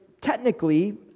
technically